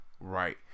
Right